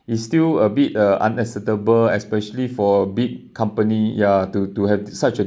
is still a bit uh unacceptable especially for a big company ya to to have such a